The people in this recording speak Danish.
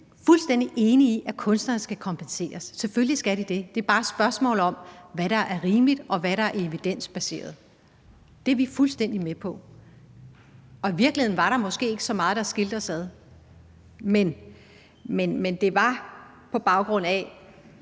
set fuldstændig enige i, at kunstnere skal kompenseres; selvfølgelig skal de det. Det er bare et spørgsmål om, hvad der er rimeligt, og hvad der er evidensbaseret. Det er vi fuldstændig med på. I virkeligheden var der måske ikke så meget, der skilte os ad, men det var på baggrund af